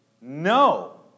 no